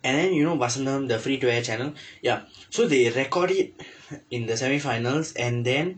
and then you know Vasantham the free to air channel ya so they record it in the semi finals and then